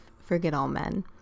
forget-all-men